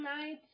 tonight